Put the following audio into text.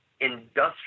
industrial